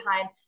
time